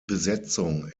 besetzung